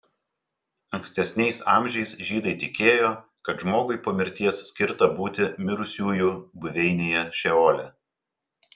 ankstesniais amžiais žydai tikėjo kad žmogui po mirties skirta būti mirusiųjų buveinėje šeole